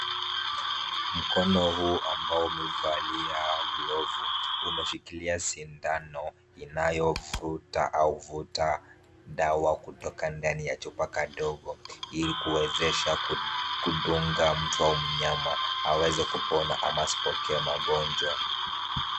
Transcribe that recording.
Mkono huu ambao umevalia glovu umeshikilia sindano inayovuruta au vuta dawa kutoka ndani ya chupa kadogo ili kuwezesha kudunga mtu au mnyama aweze kupona ama asipokee magonjwa.